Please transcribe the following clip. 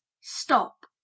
stop